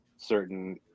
certain